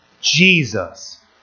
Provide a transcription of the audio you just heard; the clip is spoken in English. Jesus